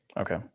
Okay